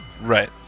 Right